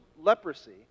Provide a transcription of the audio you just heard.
leprosy